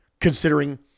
considering